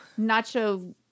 Nacho